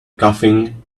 coughing